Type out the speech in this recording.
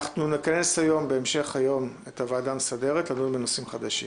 אנחנו נכנס בהמשך היום את הוועדה המסדרת לדון בנושאים חדשים.